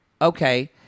Okay